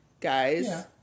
guys